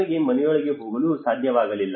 ನಮಗೆ ಮನೆಯೊಳಗೆ ಹೋಗಲು ಸಾಧ್ಯವಾಗಲಿಲ್ಲ